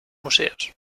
museos